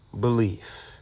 belief